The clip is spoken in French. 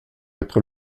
être